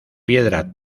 piedra